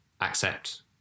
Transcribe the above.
accept